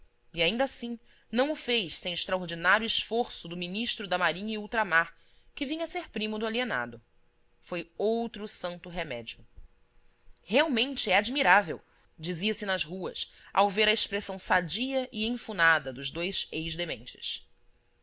e ainda assim não o faz sem extraordinário esforço do ministro da marinha e ultramar que vinha a ser primo do alienado foi outro santo remédio realmente é admirável dizia-se nas ruas ao ver a expressão sadia e enfunada dos dois